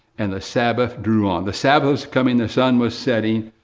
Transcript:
and the sabbath drew on. the sabbath's coming, the sun was setting.